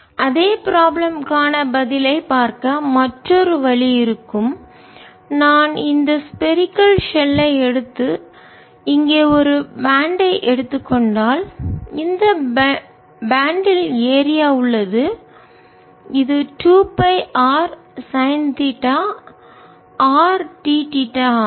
rsinθω அதே ப்ராப்ளம் க்கான பதிலைப் பார்க்க மற்றொரு வழி இருக்கும் நான் இந்த ஸ்பரிக்கல் கோளம் ஷெல் ஐ எடுத்து இங்கே ஒரு பேண்ட் ஐ எடுத்து கொண்டால் இந்த பேண்ட் ல் ஏரியா உள்ளது இது 2பை R sine theta R d theta ஆகும்